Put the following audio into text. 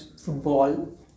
football